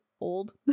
old